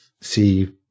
see